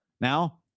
Now